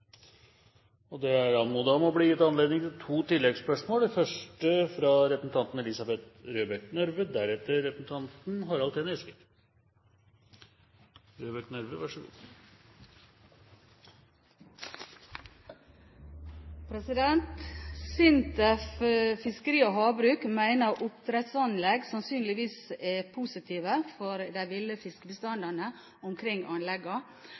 Det er anmodet om og blir gitt anledning til to tilleggsspørsmål – først Elisabeth Røbekk Nørve. SINTEF Fiskeri- og havbruk mener oppdrettsanlegg sannsynligvis er positive til de ville fiskebestandene omkring anleggene, og